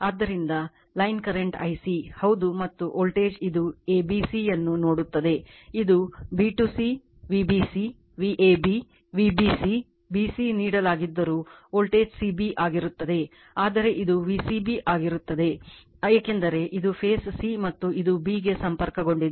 ಆದ್ದರಿಂದ line current Ic ಹೌದು ಮತ್ತು ವೋಲ್ಟೇಜ್ ಅದು abc ಯನ್ನು ನೋಡುತ್ತದೆ ಇದು b to c Vbc Vab Vbc b c ನೀಡಲಾಗಿದ್ದರೂ ವೋಲ್ಟೇಜ್ c b ಆಗಿರುತ್ತದೆ ಆದರೆ ಇದು V c b ಆಗಿರುತ್ತದೆ ಏಕೆಂದರೆ ಇದು ಫೇಸ್ c ಮತ್ತು ಇದು b ಗೆ ಸಂಪರ್ಕಗೊಂಡಿದೆ